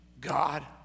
God